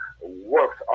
works